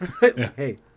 Hey